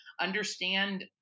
understand